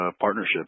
partnerships